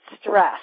stress